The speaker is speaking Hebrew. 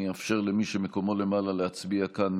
אני אאפשר למי שמקומו למעלה להצביע כאן,